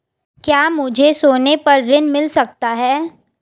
क्या मुझे सोने पर ऋण मिल सकता है?